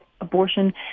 Abortion